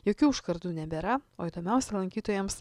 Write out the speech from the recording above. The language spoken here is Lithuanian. jokių užkardų nebėra o įdomiausia lankytojams